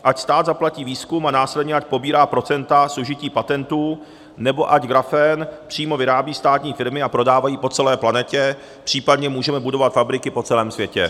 Ať stát zaplatí výzkum a následně ať pobírá procenta z využití patentů, nebo ať grafen přímo vyrábějí státní firmy a prodávají po celé planetě, případně můžeme budovat fabriky po celém světě.